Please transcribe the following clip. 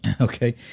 Okay